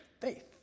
faith